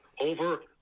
over